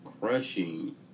crushing